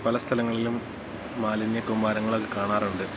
പല സ്ഥലങ്ങളിലും മാലിന്യക്കൂമ്പാരങ്ങളൊക്കെ കാണാറുണ്ട്